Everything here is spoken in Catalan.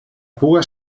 puga